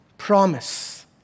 promise